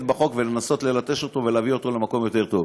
בחוק ולנסות ללטש אותו ולהביא אותו למקום יותר טוב.